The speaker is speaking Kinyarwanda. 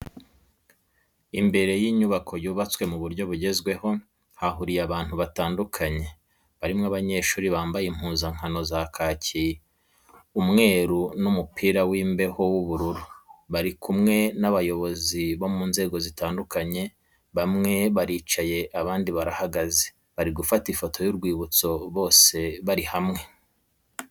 Imbere y'inyubako yubatswe mu buryo bugezweho hahuriye abantu batandukanye barimo abanyeshuri bambaye impuzankano za kaki, umweru n'umupira w'imbeho w'ubururu bari kumwe n'abayobozi bo mu nzego zitandukanye bamwe baricaye abandi barahagaze bari gufata ifoto y'urwibutso bose bari hamwe.